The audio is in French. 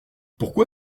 pourquoi